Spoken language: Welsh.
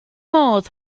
modd